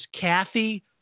Kathy